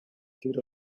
тэр